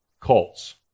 cults